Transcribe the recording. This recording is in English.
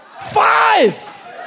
five